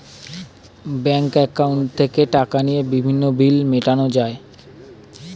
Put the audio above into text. bank অ্যাকাউন্টে থেকে টাকা নিয়ে বিভিন্ন বিল মেটানো যায়